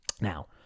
Now